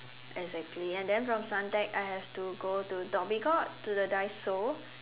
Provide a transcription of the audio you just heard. exactly and then from Suntec I have to go to Dhoby Ghaut to the Daiso